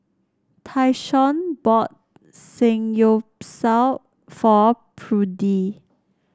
Tyshawn bought Samgyeopsal for Prudie